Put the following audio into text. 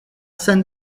san